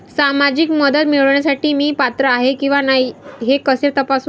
सामाजिक मदत मिळविण्यासाठी मी पात्र आहे किंवा नाही हे कसे तपासू?